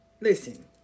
Listen